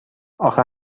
آخه